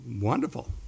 Wonderful